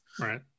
Right